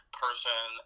person